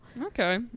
Okay